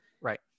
Right